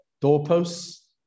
doorposts